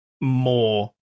more